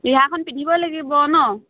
ৰিহাখন পিন্ধিবই লাগিব ন